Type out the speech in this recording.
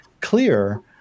clear